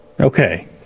Okay